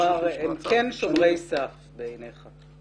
כלומר, הם כן שומרי סף בעיניך?